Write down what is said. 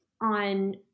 on